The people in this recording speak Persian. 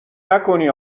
نکنی